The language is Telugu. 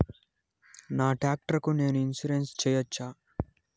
నా టాక్టర్ కు నేను ఇన్సూరెన్సు సేయొచ్చా?